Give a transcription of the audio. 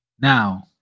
Now